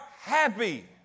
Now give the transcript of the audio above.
happy